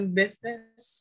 business